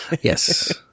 yes